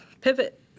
pivot